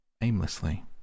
Aimlessly